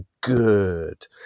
good